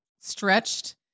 stretched